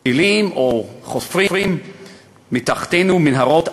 טילים או חופרים מתחתינו מנהרות,